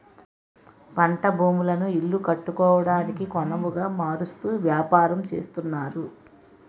పంట భూములను ఇల్లు కట్టుకోవడానికొనవుగా మారుస్తూ వ్యాపారం చేస్తున్నారు